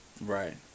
Right